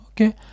Okay